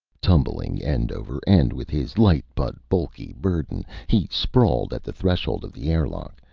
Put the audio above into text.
tumbling end over end with his light but bulky burden, he sprawled at the threshold of the airlock,